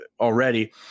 already